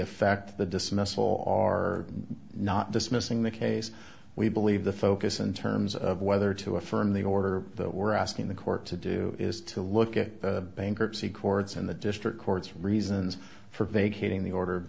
affect the dismissal or are not dismissing the case we believe the focus in terms of whether to affirm the order that we're asking the court to do is to look at the bankruptcy courts in the district courts reasons for vacating the order of